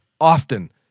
often